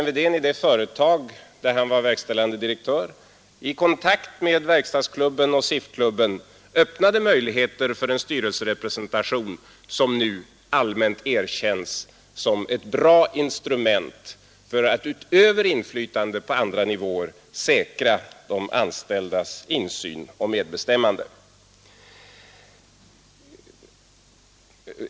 I det företag där Sven Wedén var verkställande direktör öppnade han i kontakt med verkstadsklubben och SIF-klubben möjligheter till den styrelserepresentation som nu allmänt erkänns som ett bra instrument för att, utöver inflytandet på andra nivåer, säkra de anställdas insyn och medbestämmande.